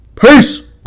Peace